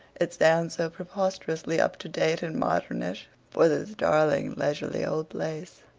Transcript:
it sounds so preposterously up-to-date and modernish for this darling, leisurely old place.